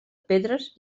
pedres